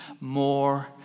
more